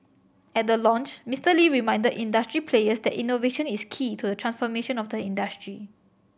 at the launch Mister Lee reminded industry players that innovation is key to the transformation of the industry